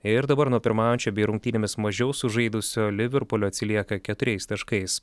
ir dabar nuo pirmaujančio bei rungtynėmis mažiau sužaidusio liverpulio atsilieka keturiais taškais